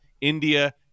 India